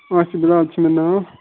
آصِف بِلال چھُ مےٚ ناو